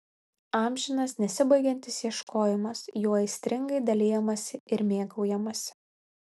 amžinas nesibaigiantis ieškojimas juo aistringai dalijamasi ir mėgaujamasi